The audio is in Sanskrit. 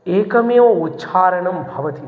एकमेव उच्चारणं भवति